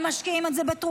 הם משקיעים את זה בתרופות,